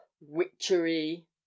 witchery